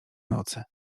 nocy